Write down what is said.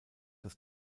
das